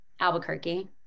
Albuquerque